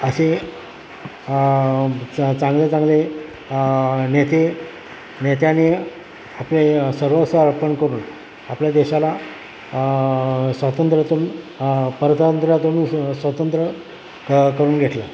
असे च चांगले चांगले नेते नेत्याने आपले सर्वस्व अर्पण करून आपल्या देशाला स्वातंत्र्यातून पारतंत्र्यातून स्व स्वतंत्र क करून घेतलं